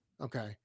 Okay